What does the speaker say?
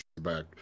back